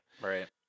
Right